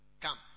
come